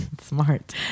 Smart